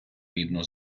рідну